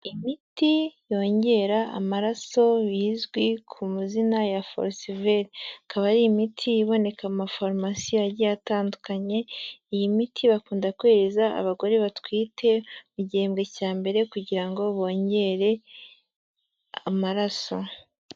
Imiti yongera amaraso bizwi ku mazina ya Forceval, ikaba ari imiti iboneka mu mafarumasi agiye atandukanye, iyi miti bakunda kuyihereza abagore batwite mu gihembwe cya mbere kugira ngo bongere amaraso.